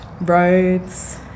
roads